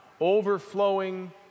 overflowing